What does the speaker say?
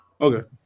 Okay